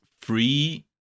free